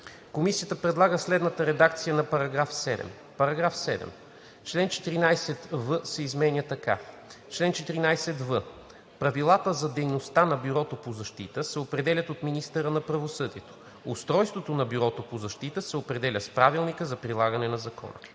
Комисията предлага следната редакция на § 7: „§ 7. Член 14в се изменя така: „Чл. 14в. Правилата за дейността на Бюрото по защита се определят от министъра на правосъдието. Устройството на Бюрото по защита се определя с правилника за прилагане на закона.“